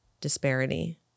disparity